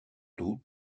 d’eau